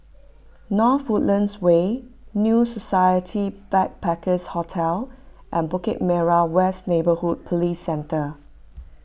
North Woodlands Way New Society Backpackers' Hotel and Bukit Merah West Neighbourhood Police Centre